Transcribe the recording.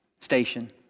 station